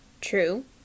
true